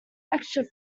extra